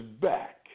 back